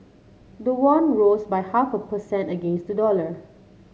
the won rose by half a percent against the dollar